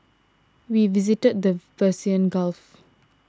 we visited the Persian Gulf